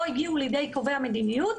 לא הגיעו לידי קובעי המדיניות,